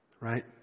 Right